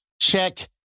Check